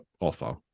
offer